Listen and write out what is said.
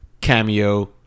cameo